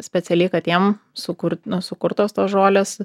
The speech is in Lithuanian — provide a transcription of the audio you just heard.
specialiai katėm sukurt na sukurtos tos žolės